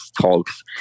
talks